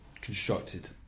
constructed